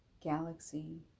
galaxy